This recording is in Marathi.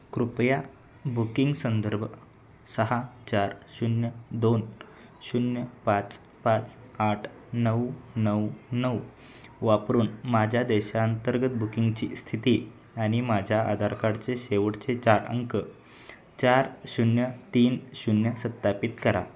कृपया बुकिंग संदर्भ सहा चार शून्य दोन शून्य पाच पाच आठ नऊ नऊ नऊ वापरून माझ्या देशांतर्गत बुकिंगची स्थिती आणि माझ्या आधार काडचे शेवटचे चार अंक चार शून्य तीन शून्य सत्यापित करा